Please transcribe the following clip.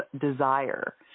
desire